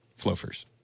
Flofers